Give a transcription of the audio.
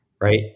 Right